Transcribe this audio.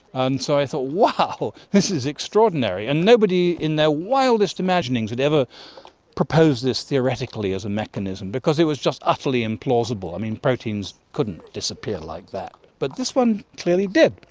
and so i thought, wow, this is extraordinary, and nobody in their wildest imaginings had ever proposed this theoretically as a mechanism because it was just utterly implausible. i mean, proteins couldn't disappear like that. but this one clearly did,